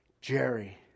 Jerry